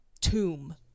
tomb